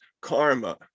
karma